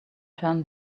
turn